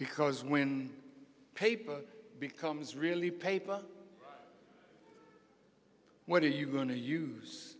because when paper becomes really paper what are you going to use